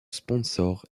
sponsors